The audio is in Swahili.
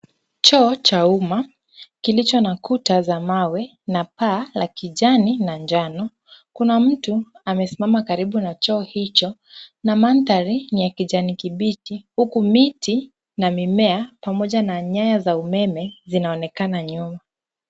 Choo cha umma kilicho na kuta za mawe na paa la kijani na njano. Kuna mtu amesimama karibu na choo hicho na mandhari ni ya kijani kibichi huku miti na mimea pamoja na nyanya za umeme zinaonekana nyuma.